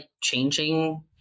changing